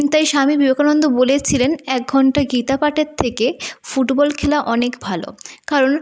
তাই স্বামী বিবেকানন্দ বলেছিলেন এক ঘন্টা গীতা পাঠের থেকে ফুটবল খেলা অনেক ভালো কারণ